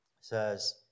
says